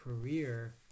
career